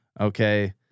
Okay